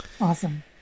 Awesome